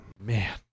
Man